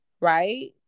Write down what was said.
right